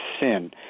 sin